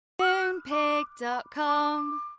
Moonpig.com